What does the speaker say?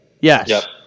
Yes